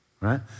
right